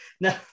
No